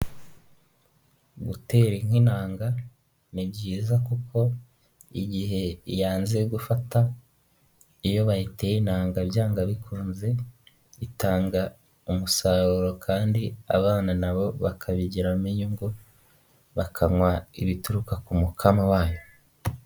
Gutera inka intanga ni byiza kuko igihe yanze gufata iyo bayiteye intanga byanga bikunze itanga umusaruro kandi abana na bo bakabigiramo inyungu bakanywa ibituruka ku mukamo wayo.